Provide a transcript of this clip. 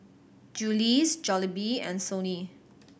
Julie's Jollibee and Sony